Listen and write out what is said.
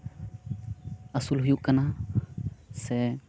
ᱟᱹᱥᱩᱞ ᱦᱩᱭᱩᱜ ᱠᱟᱱᱟ ᱥᱮ